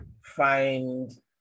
find